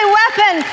weapon